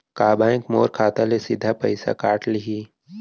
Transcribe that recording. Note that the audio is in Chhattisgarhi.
का बैंक मोर खाता ले सीधा पइसा काट लिही?